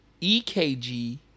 EKG